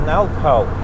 alcohol